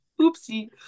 oopsie